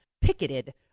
picketed